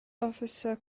officer